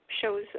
shows